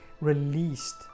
released